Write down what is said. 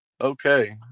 Okay